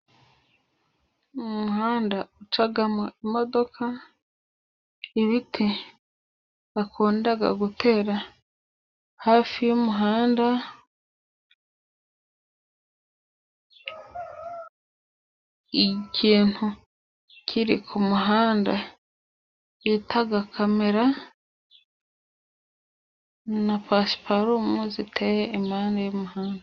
Umuhanda ucamo imodoka, ibiti bakunda gutera hafi y'umuhanda, ikintu kiri ku muhanda bita kamera, na pasiparumu ziteye impande y'umuhanda.